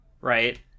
right